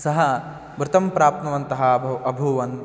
सः वृतं प्राप्नुवन्तः अबु अभूवन्